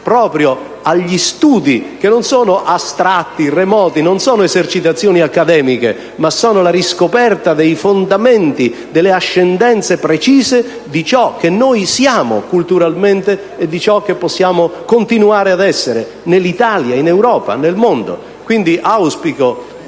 proprio a quegli studi, che non sono astratti, remoti, non sono esercitazioni accademiche, ma sono la riscoperta dei fondamenti, delle ascendenze precise di ciò che siamo culturalmente e di ciò che possiamo continuare ad essere in Italia, in Europa e nel mondo. Quindi, auspico